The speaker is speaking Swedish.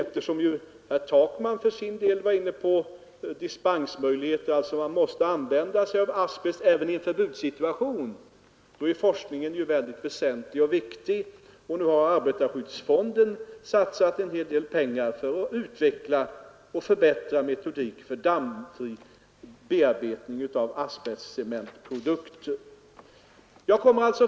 Herr Takman talade om dispensmöjligheter, och det betyder att också han menar att man måste använda asbest även i en förbudssituation. Då är forskningen naturligtvis väldigt väsentlig. Arbetarskyddsfonden har nu satsat en hel del pengar för att utveckla och förbättra metodiken för dammfri bearbetning av asbestcementprodukter.